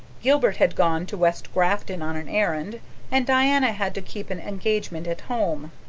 gilbert had gone to west grafton on an errand and diana had to keep an engagement at home.